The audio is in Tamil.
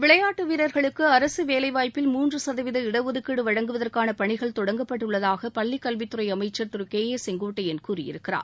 விளையாட்டு வீரர்களுக்கு அரசு வேலை வாய்ப்பில் மூன்று சதவீத இடஒதுக்கீடு வழங்குவதற்கான பணிகள் தொடங்கப்பட்டுள்ளதாக பள்ளிக் கல்வித்துறை அமைச்சர் திரு கே ஏ செங்கோட்டையன் கூறியிருக்கிறார்